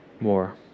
more